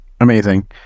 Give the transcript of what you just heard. amazing